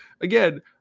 again